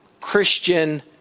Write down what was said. Christian